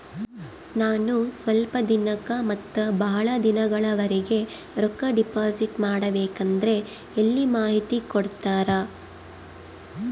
ನಾನು ಸ್ವಲ್ಪ ದಿನಕ್ಕ ಮತ್ತ ಬಹಳ ದಿನಗಳವರೆಗೆ ರೊಕ್ಕ ಡಿಪಾಸಿಟ್ ಮಾಡಬೇಕಂದ್ರ ಎಲ್ಲಿ ಮಾಹಿತಿ ಕೊಡ್ತೇರಾ?